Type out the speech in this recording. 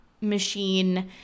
machine